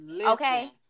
okay